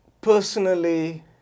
Personally